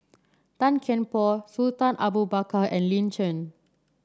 Tan Kian Por Sultan Abu Bakar and Lin Chen